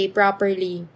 properly